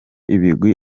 ibigwi